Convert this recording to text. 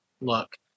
Look